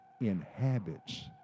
inhabits